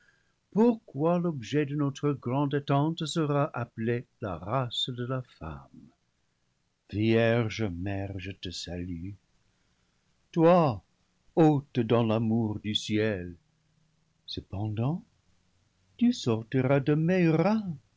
pourquoi l'objet de notre grande attente sera appelé la race de la femme vierge mère je te salue toi haute dans l'amour du ciel cependant tu sortiras de